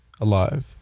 alive